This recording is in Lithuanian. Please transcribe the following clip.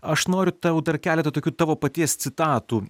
aš noriu tau dar keletą tokių tavo paties citatų